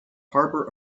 harbour